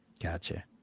Gotcha